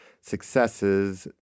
successes